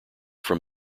from